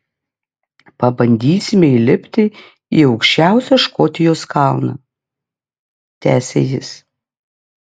pabandysime įlipti į aukščiausią škotijos kalną tęsė jis